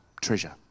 treasure